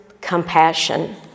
compassion